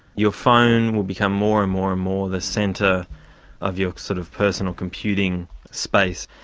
your phone will become more and more and more the centre of your sort of personal computing space.